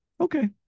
Okay